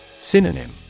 Synonym